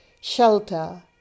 shelter